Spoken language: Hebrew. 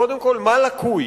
קודם כול: מה לקוי?